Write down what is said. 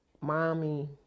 mommy